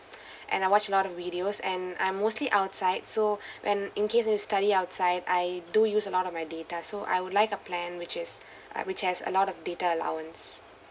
and I watch a lot videos and I'm mostly outside so when in case I study outside I do use a lot of my data so I would like a plan which is uh which has a lot of data allowance